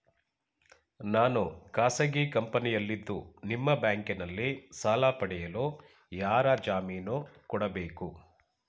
ನಾನು ಖಾಸಗಿ ಕಂಪನಿಯಲ್ಲಿದ್ದು ನಿಮ್ಮ ಬ್ಯಾಂಕಿನಲ್ಲಿ ಸಾಲ ಪಡೆಯಲು ಯಾರ ಜಾಮೀನು ಕೊಡಬೇಕು?